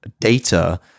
data